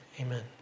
Amen